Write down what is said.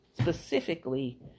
specifically